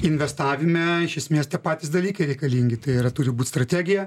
investavime iš esmės tie patys dalykai reikalingi tai yra turi būti strategija